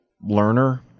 learner